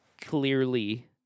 clearly